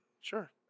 Sure